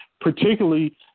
particularly